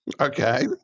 Okay